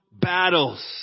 battles